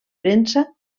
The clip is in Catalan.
premsa